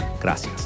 Gracias